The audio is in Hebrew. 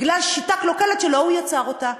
בגלל שיטה קלוקלת שלא הוא יצר אותה,